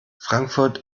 frankfurt